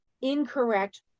incorrect